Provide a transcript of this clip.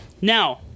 Now